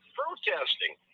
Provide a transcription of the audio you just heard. protesting